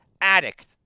addict